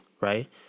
Right